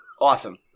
awesome